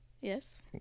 Yes